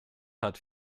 hat